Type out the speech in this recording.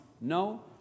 no